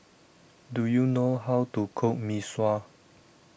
Do YOU know How to Cook Mee Sua